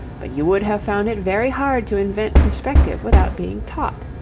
but you would have found it very hard to invent perspective without being taught.